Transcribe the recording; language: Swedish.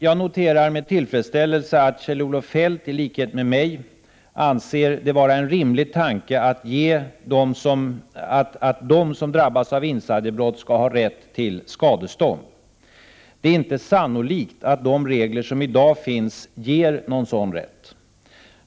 Jag noterar med tillfredsställelse att Kjell-Olof Feldt, i likhet med mig, anser det vara en rimlig tanke att de som drabbas av insiderbrott skall ha rätt till skadestånd. Det är inte sannolikt att de regler som i dag finns ger någon sådan rätt.